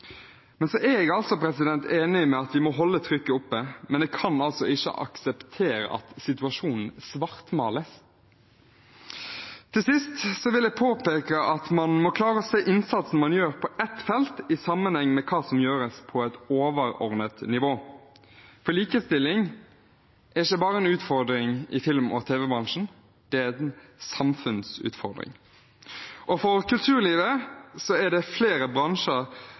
men jeg kan ikke akseptere at situasjonen svartmales. Til sist vil jeg påpeke at man må klare å se innsatsen man gjør på ett felt, i sammenheng med hva som gjøres på et overordnet nivå. For likestilling er ikke bare en utfordring i film- og tv-bransjen, det er en samfunnsutfordring. I kulturlivet er det flere bransjer